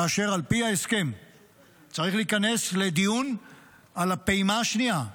כאשר על פי ההסכם צריך להיכנס לדיון על הפעימה השנייה,